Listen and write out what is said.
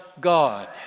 God